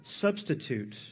substitute